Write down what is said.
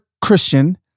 Christian